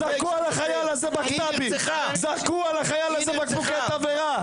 זרקו על החייל הזה בקבוקי תבערה.